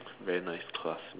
very nice class